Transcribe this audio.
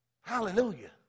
Hallelujah